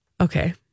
Okay